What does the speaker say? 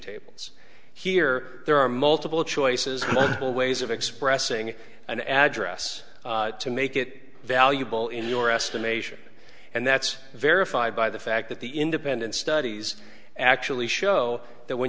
tables here there are multiple choices all ways of expressing an address to make it valuable in your estimation and that's verified by the fact that the independent studies actually show that when